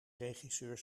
regisseur